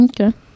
Okay